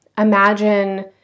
Imagine